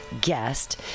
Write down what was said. guest